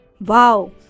Wow